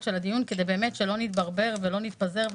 של הדיון כדי שלא נתברבר ולא נתפזר.